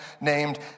named